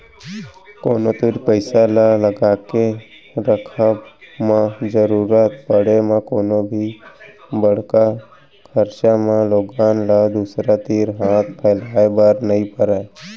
कोनो तीर पइसा ल लगाके रखब म जरुरत पड़े म कोनो भी बड़का खरचा म लोगन ल दूसर तीर हाथ फैलाए बर नइ परय